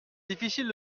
difficile